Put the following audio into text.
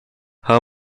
her